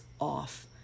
off